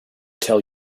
tell